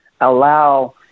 allow